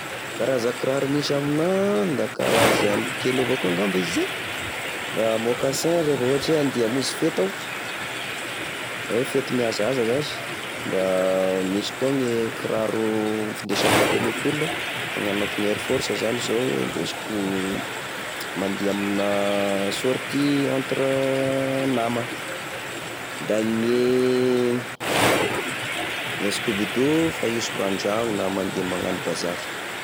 Karaza kiraro misy aminahy, da karazany telo evakoa angamba izy zay! mocassin revô ohatra hoe: andeha amonzy fety aho, na hoe fety mihazahaza zasy ,da misy koa gne kiraro findesy amina tenu cool, magnano akô gny air force zany zao, indesiko amina sorti entre samy nama, da gne, gne skobido faisiko andragno na magnano bazary.